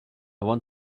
want